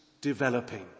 developing